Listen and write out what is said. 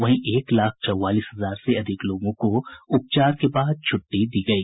वहीं एक लाख चौवालीस हजार से अधिक लोगों को उपचार के बाद छुट्टी दी गयी